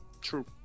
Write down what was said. true